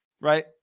Right